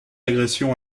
agression